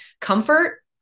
comfort